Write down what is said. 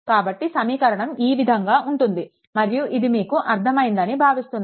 కాబట్టి సమీకరణం ఈ విధంగా ఉంటుంది మరియు ఇది మీకు అర్థం అయ్యిందని భావిస్తున్నాను